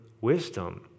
Wisdom